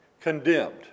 condemned